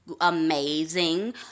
amazing